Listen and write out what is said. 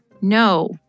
no